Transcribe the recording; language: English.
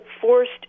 forced